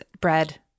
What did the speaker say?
bread